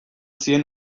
zien